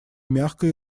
мягкой